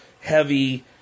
heavy